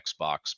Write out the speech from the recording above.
Xbox